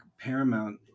Paramount